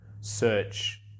search